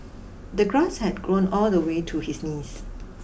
the grass had grown all the way to his knees